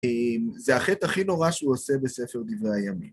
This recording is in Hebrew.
זה החטא הכי נורא שהוא עושה בספר דברי הימים.